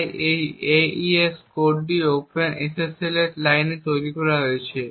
তাই এই AES কোডটি ওপেন SSL এর লাইনে তৈরি করা হয়েছে